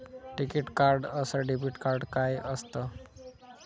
टिकीत कार्ड अस debit card काय असत?